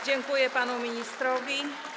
Dziękuję panu ministrowi.